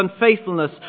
unfaithfulness